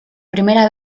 primera